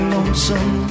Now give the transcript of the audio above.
Lonesome